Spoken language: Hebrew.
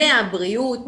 מהבריאות,